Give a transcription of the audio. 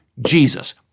Jesus